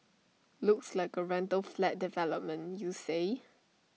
looks like A rental flat development you say